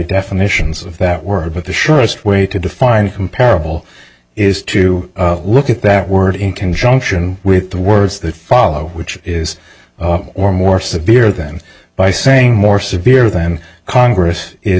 definitions of that word but the surest way to define comparable is to look at that word in conjunction with the words that follow which is or more severe than by saying more severe than congress is